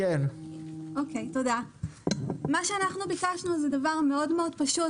מה שאנחנו ביקשנו זה דבר מאוד מאוד פשוט,